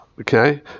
okay